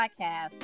podcast